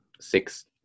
six